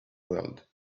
world